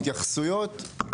התייחסויות,